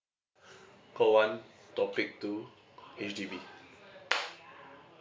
call one topic two H_D_B